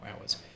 hours